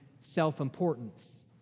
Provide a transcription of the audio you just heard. self-importance